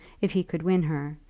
if he could win her,